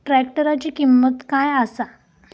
ट्रॅक्टराची किंमत काय आसा?